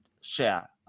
share